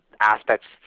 aspects